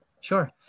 Sure